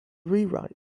rewrite